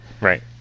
Right